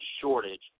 shortage